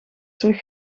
terug